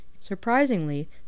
Surprisingly